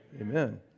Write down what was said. Amen